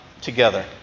together